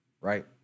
right